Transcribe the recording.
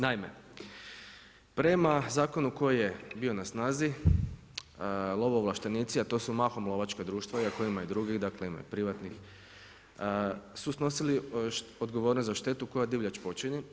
Naime, prema zakonu koji je bio na snazi, lovoovlaštenici a to su mahom lovačka društva, iako ima i drugih, dakle ima i privatnih, su snosili odgovornost za štetu koju divljač počini.